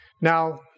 Now